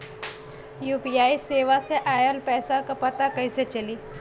UPI सेवा से ऑयल पैसा क पता कइसे चली?